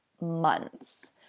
months